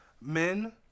men